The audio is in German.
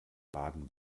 baden